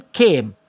came